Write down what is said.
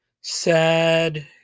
sad